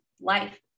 life